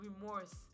remorse